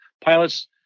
pilots